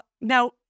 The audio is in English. Now